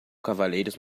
cavaleiros